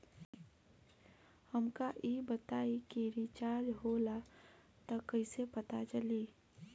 हमका ई बताई कि रिचार्ज होला त कईसे पता चली?